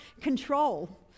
control